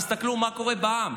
תסתכלו מה קורה בעם.